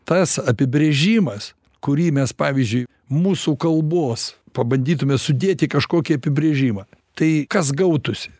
tas apibrėžimas kurį mes pavyzdžiui mūsų kalbos pabandytume sudėt į kažkokį apibrėžimą tai kas gautųsi